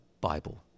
Bible